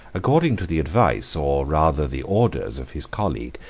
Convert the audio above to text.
according to the advice, or rather the orders, of his colleague,